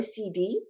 OCD